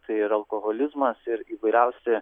tai yra alkoholizmas ir įvairiausi